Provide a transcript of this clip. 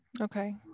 Okay